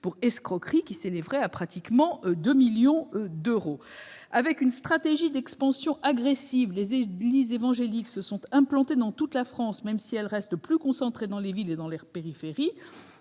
pour une escroquerie avoisinant les 2 millions d'euros. Avec une stratégie d'expansion agressive, les églises évangéliques se sont implantées dans toute la France. Même si elles restent plus concentrées dans les villes et leur périphérie,